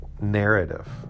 narrative